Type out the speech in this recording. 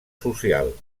social